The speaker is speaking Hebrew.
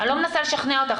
אני לא מנסה לשכנע אותך,